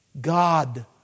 God